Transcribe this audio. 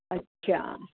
अच्छा